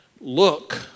Look